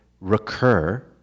recur